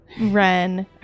Ren